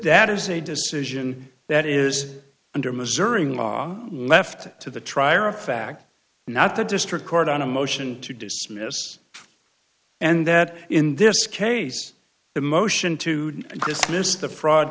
that is a decision that is under missouri law left to the trier of fact not the district court on a motion to dismiss and that in this case the motion to dismiss the fraud